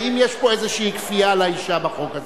האם יש פה איזו כפייה על האשה בחוק הזה?